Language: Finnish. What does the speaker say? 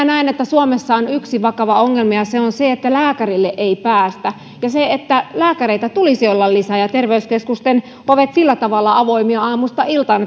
näen että suomessa on yksi vakava ongelma ja se on se että lääkärille ei päästä ja lääkäreitä tulisi olla lisää ja terveyskeskusten ovien sillä tavalla avoimia aamusta iltaan